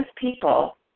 people